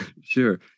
sure